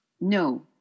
No